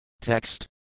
Text